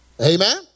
Amen